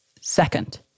second